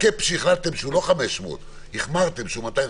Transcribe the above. הקאפ שהחלטתם, שהוא לא 500, החמרתם, שהוא 250